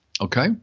Okay